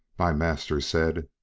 my master said,